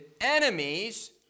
enemies